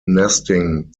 nesting